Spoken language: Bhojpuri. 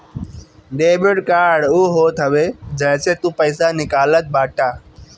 डेबिट कार्ड उ होत हवे जेसे तू पईसा निकालत बाटअ